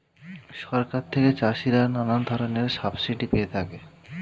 সরকার থেকে চাষিরা নানা ধরনের সাবসিডি পেয়ে থাকে